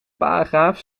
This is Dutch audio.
paragraaf